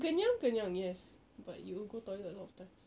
kenyang kenyang yes but you will go toilet a lot of times